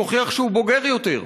מוכיח שהוא בוגר יותר.